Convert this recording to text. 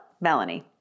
Melanie